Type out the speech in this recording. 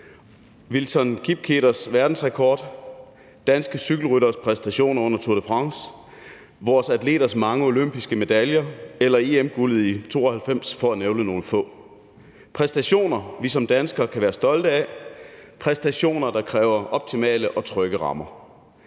Wilson Kipketers verdensrekord, danske cykelrytteres præstationer under Tour de France, vores atleters mange olympiske medaljer eller EM-guldet i 1992, for at nævne nogle få. Det er præstationer, vi som danskere kan være stolte af. Præstationer, der kræver optimale og trygge rammer.